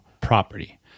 property